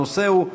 הנושא הוא: